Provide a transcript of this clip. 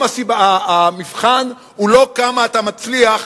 היום המבחן הוא לא כמה אתה מצליח